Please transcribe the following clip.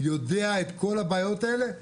יודע את כל הבעיות האלה,